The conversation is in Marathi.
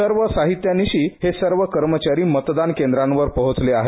सर्व साहित्यानिशी हे सर्व कर्मचारी मतदान केंद्रांवर पोहोचले आहेत